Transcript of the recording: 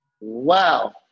wow